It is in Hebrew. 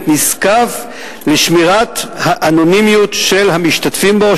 נזקף לשמירת האנונימיות של המשתתפים בו,